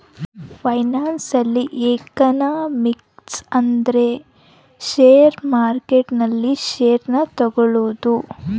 financial economics ಅಂದ್ರ share market ನಲ್ಲಿ share ನ ತಗೋಳೋದು